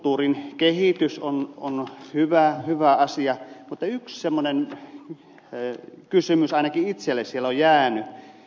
kulttuurin kehitys on hyvä asia mutta yksi kysymys ainakin itselleni siellä on jäänyt